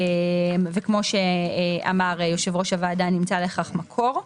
וכמו שאמר יו"ר הוועדה, נמצא לכך מקור.